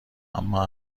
اما